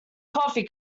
coffee